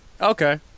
Okay